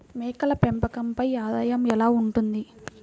మేకల పెంపకంపై ఆదాయం ఎలా ఉంటుంది?